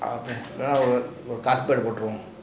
ah இல்லனா ஒரு ஒரு:illana oru oru carpet போட்டுருவோம்:poturuvom